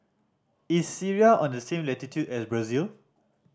is Syria on the same latitude as Brazil